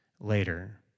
later